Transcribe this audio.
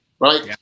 right